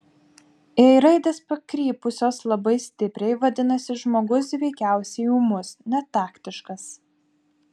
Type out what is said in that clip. jei raidės pakrypusios labai stipriai vadinasi žmogus veikiausiai ūmus netaktiškas